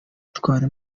utwara